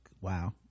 wow